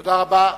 תודה רבה.